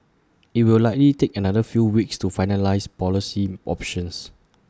IT will likely take another few weeks to finalise policy options